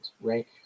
right